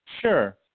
Sure